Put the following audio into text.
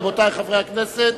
רבותי חברי הכנסת,